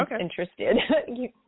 interested